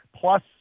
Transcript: plus